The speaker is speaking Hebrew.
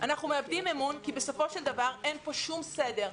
אנחנו מאבדים אמון כי אין פה שום סדר,